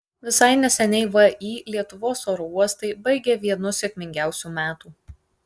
visai neseniai vį lietuvos oro uostai baigė vienus sėkmingiausių metų